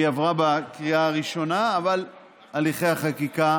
והיא עברה בקריאה הראשונה, אבל הליכי החקיקה